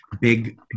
big